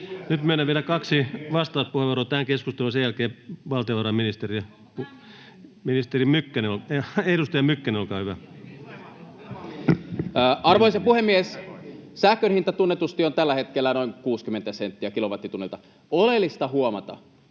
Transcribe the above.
Nyt myönnän vielä kaksi vastauspuheenvuoro tähän keskusteluun, ja sen jälkeen valtiovarainministeri. — Edustaja Mykkänen, olkaa hyvä. Arvoisa puhemies! Sähkön hinta tunnetusti on tällä hetkellä noin 60 senttiä kilowattitunnilta. On oleellista huomata,